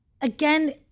again